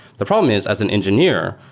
the problem is, as an engineer,